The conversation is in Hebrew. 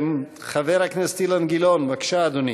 חבר הכנסת אילן גילאון, בבקשה, אדוני.